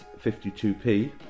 52p